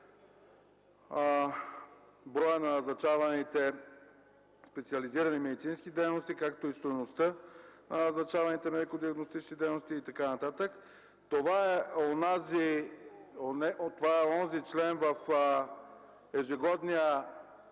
броя на назначаваните специализирани медицински дейности, както и стойността за прогнозните диагностични дейности и така нататък. Това е онзи член в ежегодния